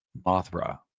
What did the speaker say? Mothra